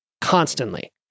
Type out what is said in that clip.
constantly